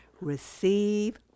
receive